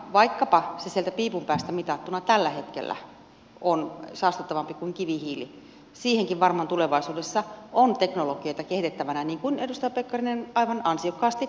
vaikka se sieltä piipun päästä mitattuna tällä hetkellä on saastuttavampi kuin kivihiili siihenkin varmaan tulevaisuudessa on teknologioita kehitettävänä niin kuin edustaja pekkarinen aivan ansiokkaasti viittasi